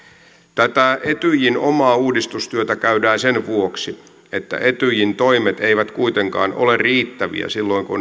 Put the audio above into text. tätä etyjin omaa uudistustyötä käydään sen vuoksi että etyjin toimet eivät kuitenkaan ole riittäviä silloin kun